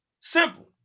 Simple